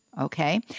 okay